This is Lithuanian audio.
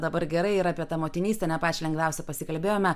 dabar gerai ir apie tą motinystę ne pačią lengviausią pasikalbėjome